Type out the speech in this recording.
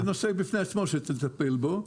זה נושא בפני עצמו שצריך לטפל בו.